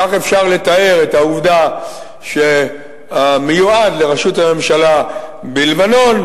כך אפשר לתאר את העובדה שהמיועד לראשות הממשלה בלבנון,